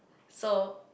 so